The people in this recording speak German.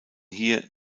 hier